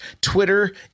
Twitter